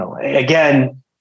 again